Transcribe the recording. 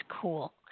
cool